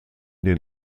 den